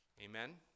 Amen